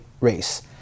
race